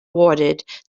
awarded